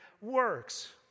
works